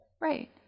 Right